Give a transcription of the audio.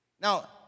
Now